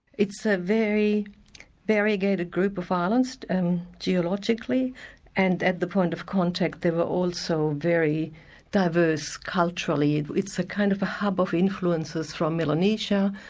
it's a very variegated group of islands um geologically and at the point of contact they are also very diverse culturally. it's a kind of a hub of influences from melanesia,